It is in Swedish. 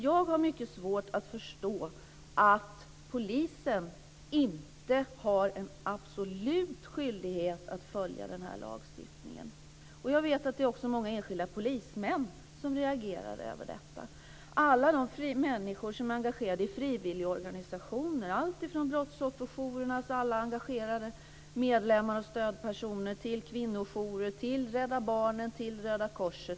Jag har mycket svårt att förstå att polisen inte har en absolut skyldighet att följa denna lagstiftning. Jag vet att det också är många enskilda polismän som reagerar över detta, alla de människor som är engagerade i frivilligorganisationer, alltifrån brottsofferjourernas alla engagerade medlemmar och stödpersoner till kvinnojourer, till Rädda Barnen och Röda korset.